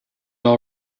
all